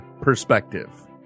perspective